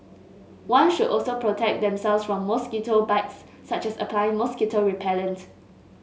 one should also protect themselves from mosquito bites such as applying mosquito repellent